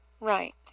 right